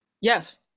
Yes